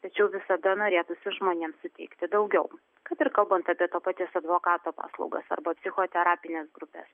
tačiau visada norėtųsi žmonėms suteikti daugiau kad ir kalbant apie to paties advokato paslaugas arba psichoterapines grupes